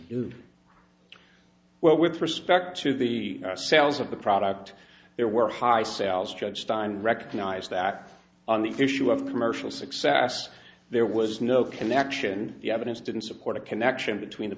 do well with respect to the our sales of the product there were high sales judge stein recognized that on the issue of commercial success there was no connection the evidence didn't support a connection between the